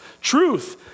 Truth